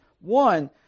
One